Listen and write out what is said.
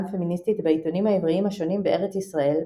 פמיניסטית בעיתונים העבריים השונים בארץ ישראל,